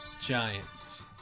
Giants